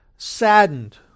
saddened